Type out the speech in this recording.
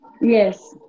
Yes